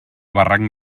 barranc